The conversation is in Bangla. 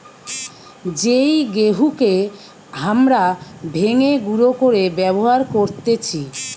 যেই গেহুকে হামরা ভেঙে গুঁড়ো করে ব্যবহার করতেছি